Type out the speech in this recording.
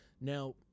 Now